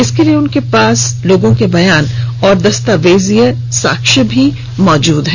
इसके लिए उनके पास लोगों के बयान और दस्तावेजीय साक्ष्य भी मौजूद हैं